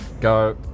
go